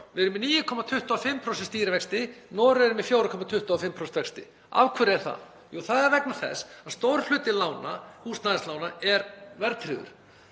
Við erum með 9,25% stýrivexti. Noregur er með 4,25% vexti. Af hverju er það? Jú, það er vegna þess að stór hluti húsnæðislána er verðtryggður.